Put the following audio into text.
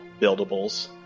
buildables